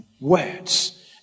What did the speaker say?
words